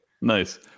Nice